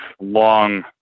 long